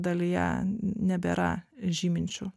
dalyje nebėra žyminčių